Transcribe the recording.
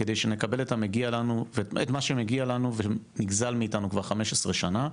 כדי שנקבל את מה שמגיע לנו ונגזל מאתנו כבר 15 שנה,